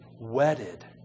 wedded